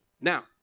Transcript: Now